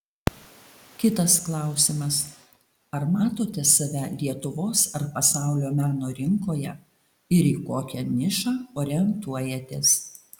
kitas klausimas ar matote save lietuvos ar pasaulio meno rinkoje ir į kokią nišą orientuojatės